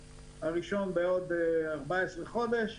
הראשון מהם אמור להגיע בעוד 14 חודש.